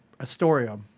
Astorium